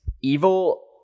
evil